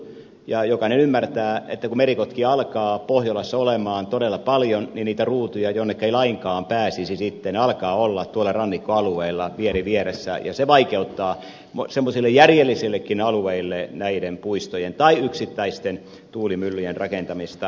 ja jokainen ymmärtää että kun merikotkia alkaa pohjolassa olla todella paljon niin niitä ruutuja jonneka ei sitten lainkaan pääsisi alkaa olla tuolla rannikkoalueilla vieri vieressä ja se vaikeuttaa näiden puistojen tai yksittäisten tuulimyllyjen rakentamista semmoisille järjellisillekin alueille